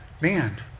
Man